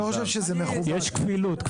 יש כפילות.